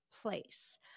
place